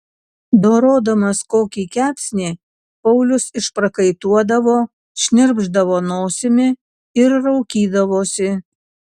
dorodamas kokį kepsnį paulius išprakaituodavo šnirpšdavo nosimi ir raukydavosi